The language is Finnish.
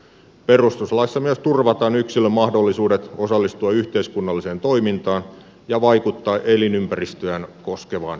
perustuslaissa myös turvataan yksilön mahdollisuudet osallistua yhteiskunnalliseen toimintaan ja vaikuttaa elinympäristöään koskevaan päätöksentekoon